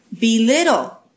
belittle